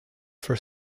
for